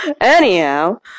Anyhow